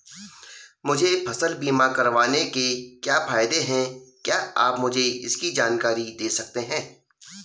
मुझे फसल बीमा करवाने के क्या फायदे हैं क्या आप मुझे इसकी जानकारी दें सकते हैं?